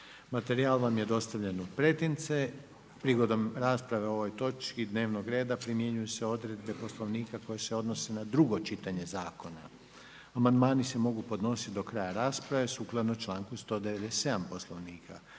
Materijal je dostavljen u pretince. Prigodom rasprave o ovoj točki dnevnog reda primjenjuje se odredba Poslovnika koji se odnosi na drugo čitanje zakona, amandmani se mogu podnositi do kraja rasprave. Raspravu su proveli